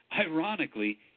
Ironically